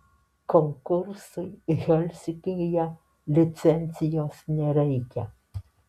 konkursui helsinkyje licencijos nereikia